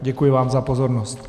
Děkuji vám za pozornost.